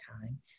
time